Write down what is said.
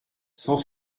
cent